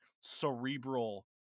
cerebral